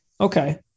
okay